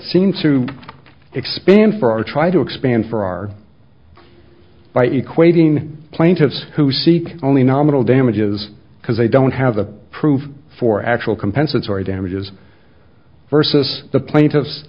seems to expand for try to expand for our by equating plaintiffs who seek only nominal damages because they don't have the proof for actual compensatory damages versus the plaintiffs